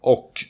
Och